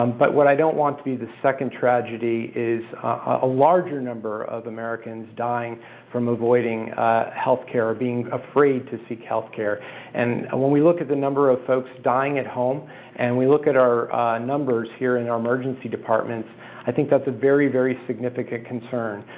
um but what i don't want to be the second tragedy is a larger number of americans dying from avoiding healthcare, being afraid to seek healthcare and when we look at the number of folks dying at home and we look at our numbers here in our emergency departments i think that's a very very significant concern,